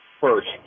first